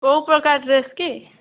କେଉଁ ପ୍ରକାର ଡ୍ରେସ୍ କି